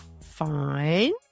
Fine